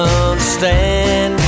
understand